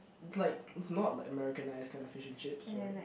it's like it's not like Americanised kind of fish and chips right